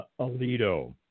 Alito